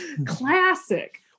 classic